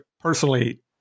Personally